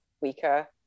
weaker